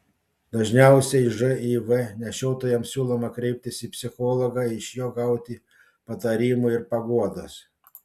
dažniausiai živ nešiotojams siūloma kreiptis į psichologą iš jo gauti patarimų ir paguodos